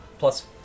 Plus